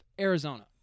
Arizona